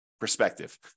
Perspective